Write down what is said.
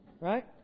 Right